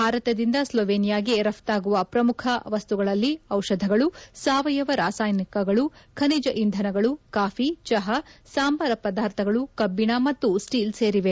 ಭಾರತದಿಂದ ಸ್ನೋವೆನಿಯಾಗೆ ರಫ್ತಾಗುವ ಪ್ರಮುಖ ವಸ್ತುಗಳಲ್ಲಿ ಔಷಧಗಳು ಸಾವಯವ ರಾಸಾಯನಿಕಗಳು ಖನಿಜ ಇಂಧನಗಳು ಕಾಫಿ ಚಹಾ ಸಂಬಾರ ಪದಾರ್ಥಗಳು ಕಬ್ಬಣ ಮತ್ತು ಸ್ಟೀಲ್ ಸೇರಿದೆ